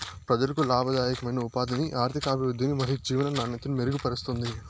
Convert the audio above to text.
ప్రజలకు లాభదాయకమైన ఉపాధిని, ఆర్థికాభివృద్ధిని మరియు జీవన నాణ్యతను మెరుగుపరుస్తుంది